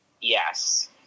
Yes